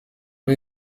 ari